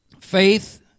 Faith